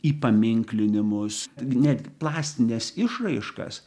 įpaminklinimus net plastines išraiškas